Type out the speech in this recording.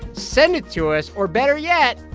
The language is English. send it to us, or better yet,